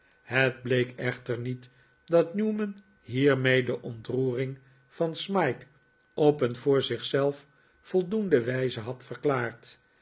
het bleek echter niet dat newman hiermee de ontroering van smike op een voor zich zelf voldoende wijze had verklaard